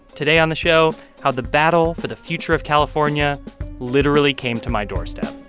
today on the show, how the battle for the future of california literally came to my doorstep